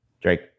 Drake